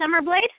Summerblade